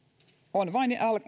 on vain